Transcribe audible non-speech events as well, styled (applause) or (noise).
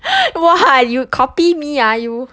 (laughs) !wah! you copy me ah you